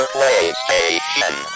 PlayStation